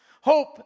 Hope